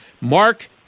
Mark